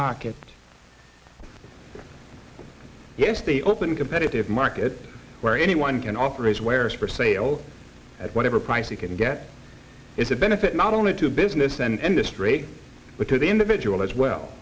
market yes the open competitive market where anyone can offer his wares for sale at whatever price he can get is a benefit not only to business and industry but to the individual as well